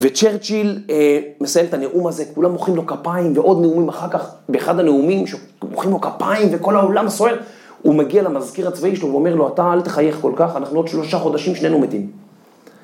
וצ'רצ'יל מסיים את הנאום הזה, כולם מוחאים לו כפיים, ועוד נאומים אחר כך, באחד הנאומים שמוחאים לו כפיים וכל האולם סוער, הוא מגיע למזכיר הצבאי שלו ואומר לו, אתה אל תחייך כל כך, אנחנו עוד שלושה חודשים, שנינו מתים.